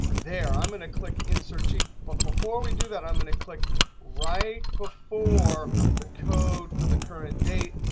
there. i'm going to click insert sheet. but before we do that, i'm going to click right before the code for the current date.